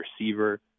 receiver